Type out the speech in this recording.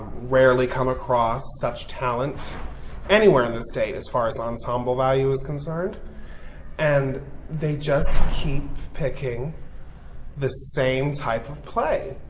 rarely come across such talent anywhere in the state as far as ensemble value is concerned and they just keep picking the same type of play.